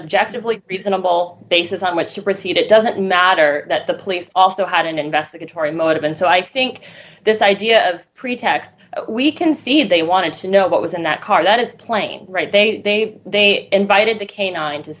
objective like reasonable basis on which to proceed it doesn't matter that the police also had an investigatory motive and so i think this idea of pretext we can see they wanted to know what was in that car that is plain right they they invited the canine to